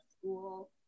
school